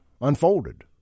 unfolded